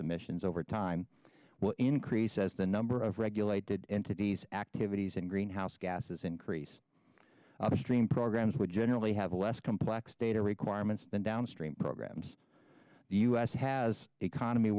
emissions over time will increase as the number of regulated entities activities and greenhouse gases increase upstream programs would generally have less complex data requirements than downstream programs the us has economy